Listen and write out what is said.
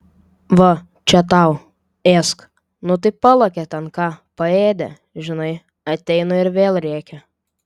va čia tau ėsk nu tai palakė ten ką paėdė žinai ateina ir vėl rėkia